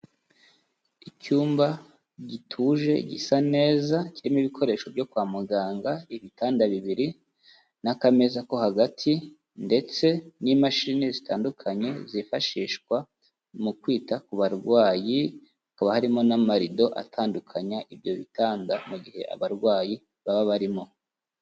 Icyumba gituje gisa neza, kirimo ibikoresho byo kwa muganga, ibitanda bibiri n'akameza ko hagati ndetse n'imashini zitandukanye zifashishwa mu kwita ku barwayi, hakaba harimo n'amarido atandukanya ibyo bitanda, mu gihe abarwayi baba barimo.